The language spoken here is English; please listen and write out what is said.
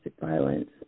violence